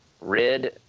red